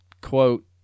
quote